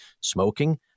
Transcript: smoking